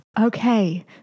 Okay